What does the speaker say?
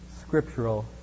scriptural